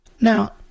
Now